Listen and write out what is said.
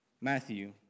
Matthew